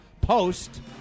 Post